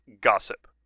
Gossip